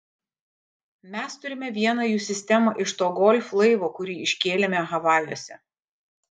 mes turime vieną jų sistemą iš to golf laivo kurį iškėlėme havajuose